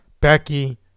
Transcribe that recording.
Becky